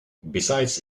besides